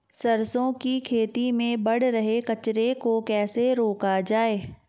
सरसों की खेती में बढ़ रहे कचरे को कैसे रोका जाए?